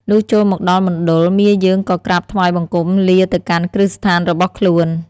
លុះចូលមកដល់មណ្ឌល មាយើងក៏ក្រាបថ្វាយបង្គំលាទៅកាន់គ្រឹះស្ថានរបស់ខ្លួន។